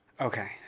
Okay